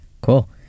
Cool